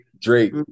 Drake